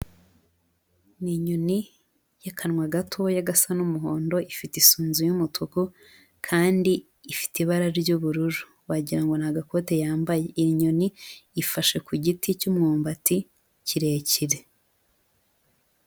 Ni inyoni y'akanwa gatoya gasa n'umuhondo, ifite isunzu y'umutuku kandi ifite ibara ry'ubururu wagira ngo ni agakote yambaye. Iyi nyoni ifashe ku giti cy'umwumbati kirekire.